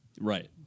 Right